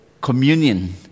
communion